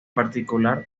particular